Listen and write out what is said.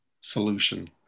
solution